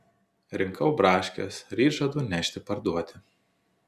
rinkau braškes ryt žadu nešti parduoti